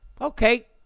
Okay